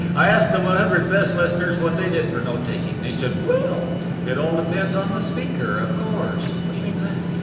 i asked the one hundred best listeners what they did for note-taking, they said, well it all depends on the speaker, of course. what do you mean by that?